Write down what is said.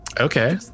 Okay